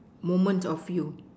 moment of you